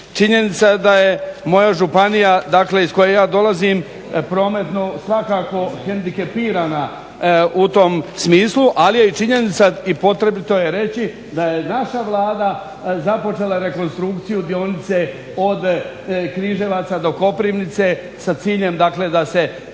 Činjenica je da je moja županija, dakle iz koje ja dolazim, prometno svakako hendikepirana u tom smislu, ali je i činjenica i potrebito je reći da je naša Vlada započela rekonstrukciju dionice od Križevaca do Koprivnice sa ciljem dakle da se